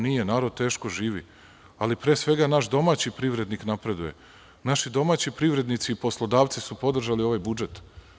Nije, narod teško živi, ali pre svega naš domaći privrednik napreduje, naši domaći privrednici i poslodavci su podržali ovaj budžet.